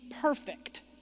perfect